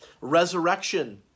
resurrection